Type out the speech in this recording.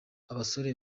abasore